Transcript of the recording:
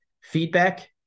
feedback